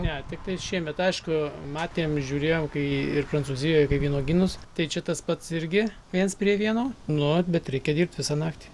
ne tiktai šiemet aišku matėm žiūrėjom kai ir prancūzijoj kai vynuogynus tai čia tas pats irgi viens prie vieno nu bet reikia dirbt visą naktį